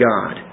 God